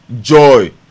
joy